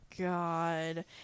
God